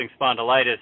spondylitis